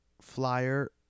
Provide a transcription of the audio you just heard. flyer